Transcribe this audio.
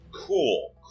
Cool